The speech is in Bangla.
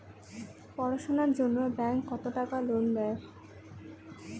পড়াশুনার জন্যে ব্যাংক কত টাকা লোন দেয়?